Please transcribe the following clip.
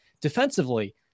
Defensively